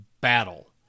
battle